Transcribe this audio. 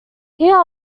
here